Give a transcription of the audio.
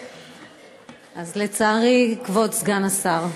אז לצערי, כבוד סגן השר,